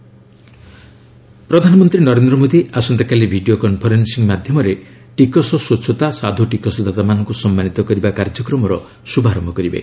PM taxation ପ୍ରଧାନମନ୍ତ୍ରୀ ନରେନ୍ଦ୍ର ମୋଦୀ ଆସନ୍ତାକାଲି video conferencing ମାଧ୍ୟମରେ 'ଟିକସ ସ୍ୱଚ୍ଛତା ସାଧୁ ଟିକସଦାତାମାନଙ୍କୁ ସମ୍ମାନିତ କରିବା' କାର୍ଯ୍ୟକ୍ରମର ଶୁଭାରୟ କରିବେ